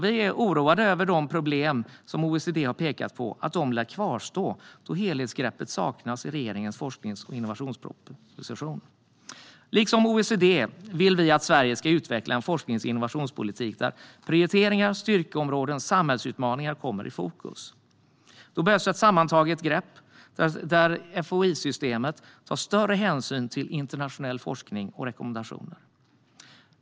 Vi är oroade över att de problem OECD har pekat på lär kvarstå då helhetsgreppet saknas i regeringens forsknings och innovationsproposition. Liksom OECD vill vi att Sverige ska utveckla en forsknings och innovationspolitik där prioriteringar, styrkeområden och samhällsutmaningar sätts i fokus. Då behövs ett sammantaget grepp där det svenska FOI-systemet tar större hänsyn till internationell forskning och rekommendationer.